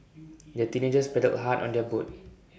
the teenagers paddled hard on their boat